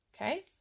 Okay